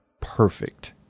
perfect